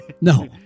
No